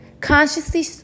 consciously